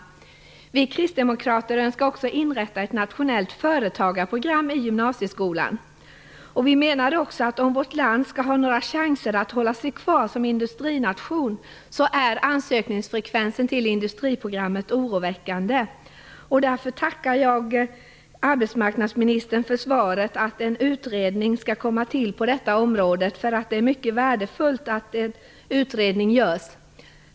Vi kristdemokrater önskar också inrätta ett nationellt företagarprogram i gymnasieskolan. Skall vårt land ha någon chans att hålla sig kvar som industrination? Ansökningsfrekvensen till industriprogrammet är oroväckande. Därför tackar jag arbetsmarknadsministern för att han i svaret sade att en utredning skall komma till stånd på detta område. Det är mycket värdefullt att en utredning görs.